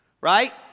right